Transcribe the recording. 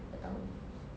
tak tahu